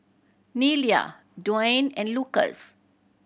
Nelia Dwaine and Lucas